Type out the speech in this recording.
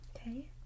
Okay